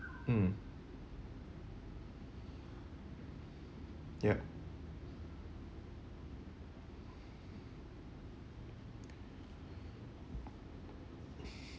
mm yup